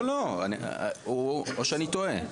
או שאני טועה?